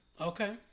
Okay